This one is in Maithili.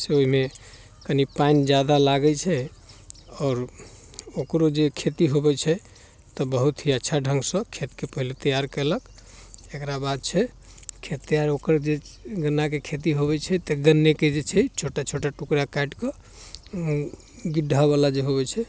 से ओहिमे कनि पानि ज्यादा लागै छै आओर ओकरो जे खेती होबै छै तऽ बहुत ही अच्छा ढङ्गसँ खेतके पहिले तैआर केलक एकरा बाद छै खेत तैआर ओकर जे गन्नाके खेती होबै छै तऽ गन्नेके जे छै छोटा छोटा टुकड़ा काटिकऽ गिड्ढावला जे होबै छै